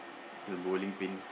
the bowling pin